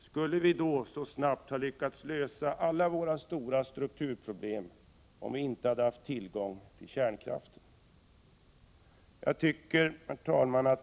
Skulle vi så snabbt ha lyckats lösa alla våra stora strukturproblem, om vi inte hade haft tillgång till kärnkraft?